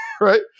right